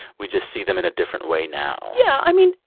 we just see them in a different way now yeah. i mean,